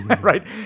right